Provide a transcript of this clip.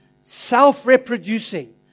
self-reproducing